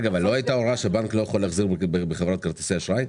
ולא כמו הקרטל הבנקאי שנמצא היום בשוק הזה.